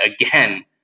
again